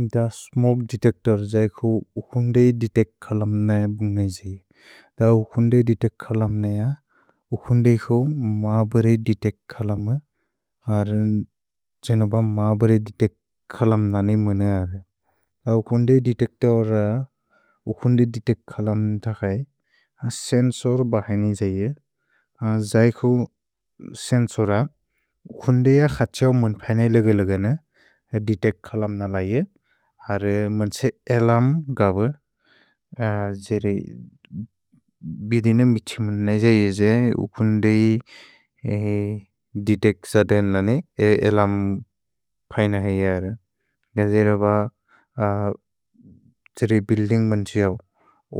द smoke detector जैकु उकुन्देइ देतेक् खलम् न ए बुन्गैजेइ द उकुन्देइ देतेक् खलम् न एअ उकुन्देइ को मब्रे देतेक् खलम् अर् जनु ब मब्रे देतेक् खलम् न ने मुन अर् द उकुन्देइ। देतेक्तोर् र उकुन्देइ देतेक् खलम् न्द खै सेन्सोर् बहैनेइ जैए जैकु सेन्सोर उकुन्देइ य खछओ मुन् फैन इलग इलग न देतेक् खलम् न लैए अर्। मन्से एलम् गब जेरे बिदिन मिति मुन जैए उकुन्देइ देतेक् ज देन ने एलम् फैन है अर गन्जेइ र ब जेरे बुइल्दिन्ग् मन्से य